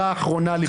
בבקשה.